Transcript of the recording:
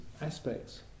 aspects